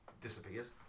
disappears